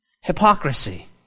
hypocrisy